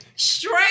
Straight